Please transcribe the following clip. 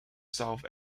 south